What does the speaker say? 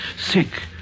sick